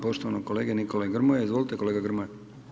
Poštovanog kolege Nikole Grmoje, izvolite kolega Grmoja.